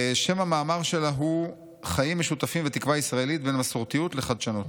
שם המאמר שלה הוא "חיים משותפים ותקווה ישראלית: בין מסורתיות לחדשנות".